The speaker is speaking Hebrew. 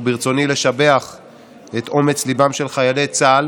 וברצוני לשבח את אומץ ליבם של חיילי צה"ל